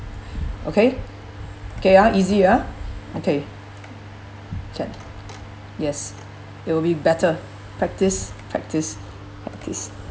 okay okay {ah] easy ah okay chat yes it'll be better practise practise practise